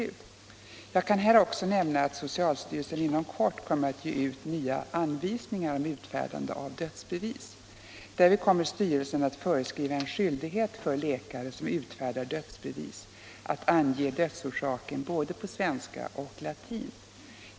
Jag kan här också nämna att socialstyrelsen inom kort kommer att ge ut nya anvisningar om utfärdande av dödsbevis. Därvid kommer styrelsen att föreskriva en skyldighet för läkare som utfärdar dödsbevis att ange dödsorsaken både på svenska och på latin.